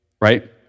right